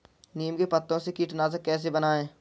नीम के पत्तों से कीटनाशक कैसे बनाएँ?